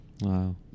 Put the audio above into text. Wow